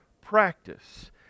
practice